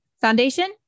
foundation